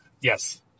Yes